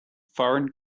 foreign